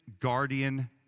guardian